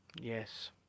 Yes